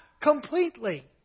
completely